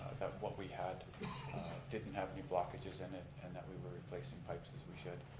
that what we had didn't have new blockages in it, and that we were replacing pipes as we should.